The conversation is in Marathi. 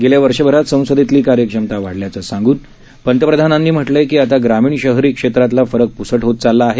गेल्या वर्षभरात संसप्रेतली कार्यक्षमता वा ल्याचं सांगून प्रधानमंत्र्यांनी म्हटलंय की आता ग्रामीण शहरी क्षेत्रातला फरक प्सट होत चालला आहे